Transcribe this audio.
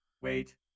Wait